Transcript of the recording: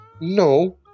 No